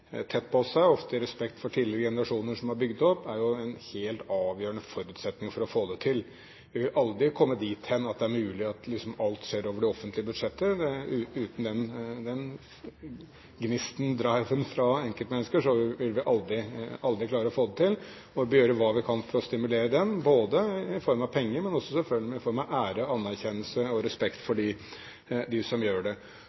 tett på seg – ofte i respekt for tidligere generasjoner som har bygd det opp – er en helt avgjørende forutsetning for å få det til. Vi vil aldri komme dit hen at alt liksom skal skje over de offentlige budsjetter. Uten den gnisten, den «driven», fra enkeltmennesker ville vi aldri klare å få det til – og vi bør gjøre hva vi kan for å stimulere den både i form av penger og selvsagt også i form av ære, anerkjennelse og respekt. Trine Skei Grande var inne på et vesentlig poeng her: Det